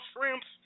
shrimps